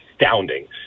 astounding